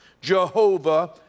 Jehovah